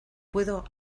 puedo